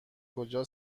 کجا